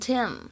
Tim